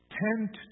tend